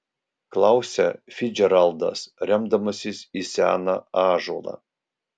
klausia ficdžeraldas remdamasis į seną ąžuolą